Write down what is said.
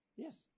Yes